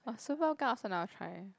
!wah! Superga I also never try eh